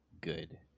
good